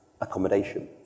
accommodation